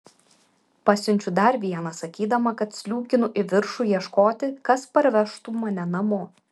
pasiunčiu dar vieną sakydama kad sliūkinu į viršų ieškoti kas parvežtų mane namo